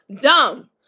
dumb